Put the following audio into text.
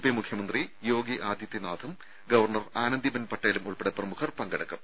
P മുഖ്യമന്ത്രി യോഗി ആദിത്യനാഥും governor Anandiben പട്ടേലും ഉൾപ്പെടെ പ്രമുഖർ പങ്കെടുക്കും